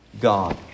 God